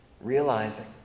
realizing